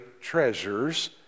treasures